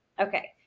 Okay